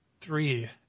three